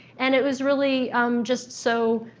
and it was really just so